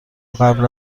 قبل